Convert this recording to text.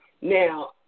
Now